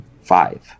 Five